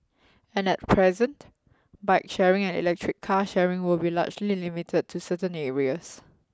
and at present bike sharing and electric car sharing with be largely limited to certain areas